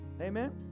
Amen